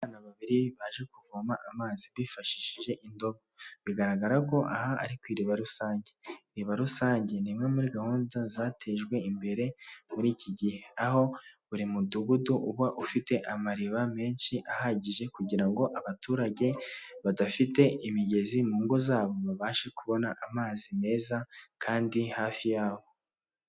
Abana babiri baje kuvoma amazi bifashishije indobo bigaragara ko aha ari ku iriba rusange ni rusange ni imwe muri gahunda zatejwe imbere muri iki gihe aho buri mudugudu uba ufite amariba menshi ahagije kugirango abaturage badafite imigezi mu ngo zabo babashe kubona amazi meza kandi hafi yaho.